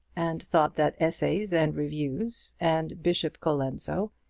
and thought that essays and reviews, and bishop colenso,